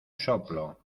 soplo